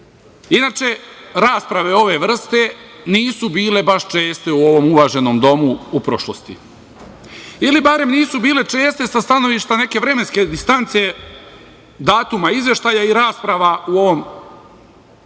rasprave ove vrste nisu bile baš česte u ovom uvaženom domu u prošlosti, ili barem nisu bile česte sa stanovišta neke vremenske distance datuma izveštaja i rasprava u ovom parlamentu.